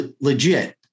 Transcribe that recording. Legit